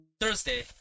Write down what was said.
Thursday